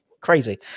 crazy